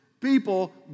people